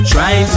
Try